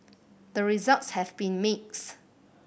the results have been mixed